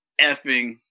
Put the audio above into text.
effing